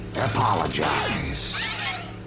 apologize